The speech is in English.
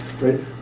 Right